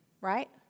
right